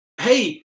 hey